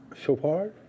Chopard